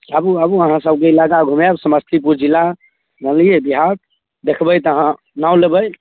आबू आबू अहाँसभके इलाका घुमाएब समस्तीपुर जिला जानलिए बिहार देखबै तऽ अहाँ नाम लेबै